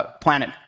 planet